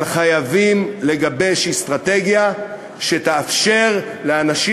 אבל חייבים לגבש אסטרטגיה שתאפשר לאנשים